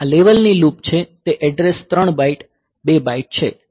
આ લેવલ ની લૂપ છે તે એડ્રેસ 3 બાઇટ 2 બાઇટ છે